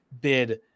bid